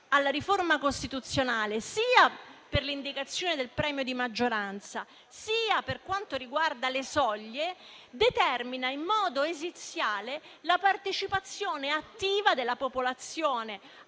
alla riforma costituzionale, sia per l'indicazione del premio di maggioranza, sia per quanto riguarda le soglie, determina in modo esiziale la partecipazione attiva della popolazione